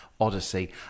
odyssey